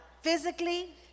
Physically